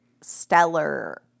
stellar